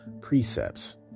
precepts